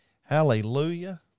Hallelujah